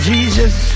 Jesus